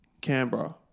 Canberra